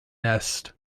nest